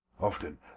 Often